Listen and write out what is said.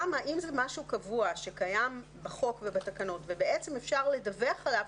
אם זה משהו קבוע שקיים בחוק ובתקנות ואפשר לדווח עליו,